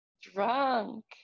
drunk